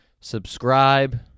subscribe